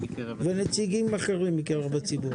"ונציגים אחרים מקרב הציבור".